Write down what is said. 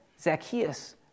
Zacchaeus